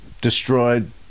destroyed